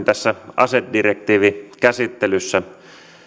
tässä asedirektiivikäsittelyssä